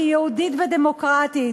שהיא יהודית ודמוקרטית.